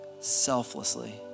selflessly